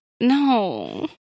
No